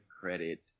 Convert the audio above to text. credit